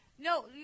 No